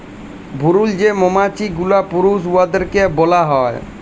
ভুরুল যে মমাছি গুলা পুরুষ উয়াদেরকে ব্যলা হ্যয়